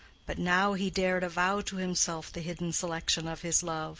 but now he dared avow to himself the hidden selection of his love.